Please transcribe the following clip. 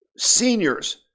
seniors